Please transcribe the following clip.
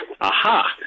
aha